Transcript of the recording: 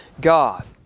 God